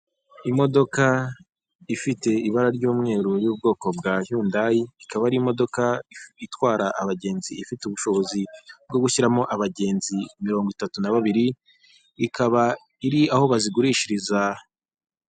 Imodoka ifite ibara ry'umweru y'ubwoko bwa yundayi ikaba ari imodoka itwara abagenzi, ifite ubushobozi bwo gushyiramo abagenzi mirongo itatu na babiri, ikaba iri aho bazigurishiriza...